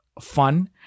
fun